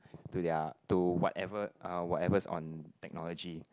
to their to whatever uh whatever is on technology